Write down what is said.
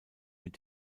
mit